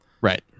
right